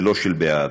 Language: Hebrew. ולא של בעד.